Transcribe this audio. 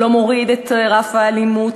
לא מוריד את רף האלימות,